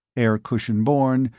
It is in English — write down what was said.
aircushion-borne,